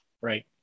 Right